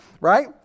Right